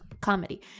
comedy